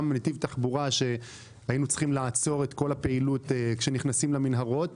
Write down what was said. נתיב תחבורה שהיינו צריכים לעצור את כל הפעילות כשנכנסים למנהרות.